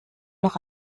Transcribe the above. noch